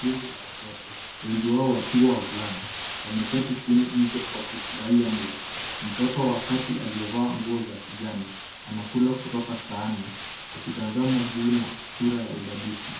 Kundi la watoto, wengi wao wakiwa wavulana wameketi jini nje wakifurahia mlo. Mtoto wa kati aliyevaa nguo za kijani anakula kutoka sahani akitazama juu na sura ya udadisi.